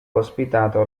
ospitato